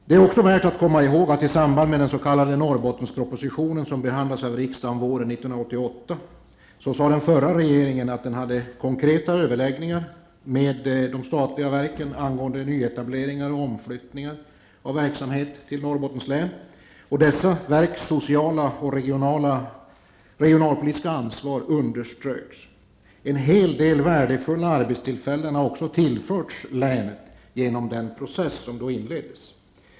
Det är också värt att komma ihåg att i samband med den s.k. Norrbottenpropositionen, som behandlades av riksdagen våren 1988, sade den förra regeringen att den hade konkreta överläggningar med de statliga verken angående nyetableringar och omflyttningar av verksamhet till Norrbottens län. Dessa verks sociala och samhällsekonomiska ansvar underströks. En hel del värdefulla arbetstillfällen har också tillförts länet tack vare den process som inleddes.